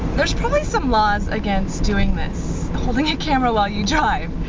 there's probably some laws against doing this, holding a camera while you drive,